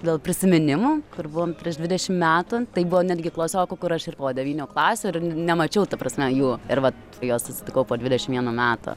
dėl prisiminimų kur buvom prieš dvidešim metų tai buvo netgi klasiokų kur aš ir po devynių klasių ir ni nemačiau ta prasme jų ir vat juos susitikau po dvidešim vienų metų